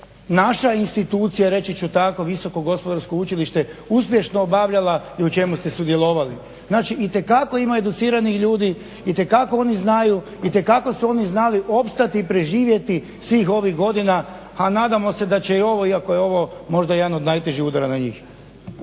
naša institucija reći ću tako Visoko gospodarsko učilište uspješno obavljala i u čemu ste sudjelovali. Znači itekako ima educiranih ljudi itekako oni znaju itekako su oni znali opstati i preživjeti svih ovih godina, a nadamo se da će i ovo iako je ovo možda jedan od najtežih udara na njih.